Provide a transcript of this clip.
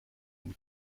den